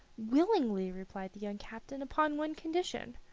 willingly, replied the young captain, upon one condition.